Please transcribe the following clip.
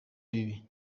bibi